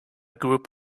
group